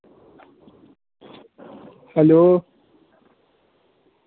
hello